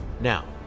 Now